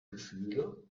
gefühle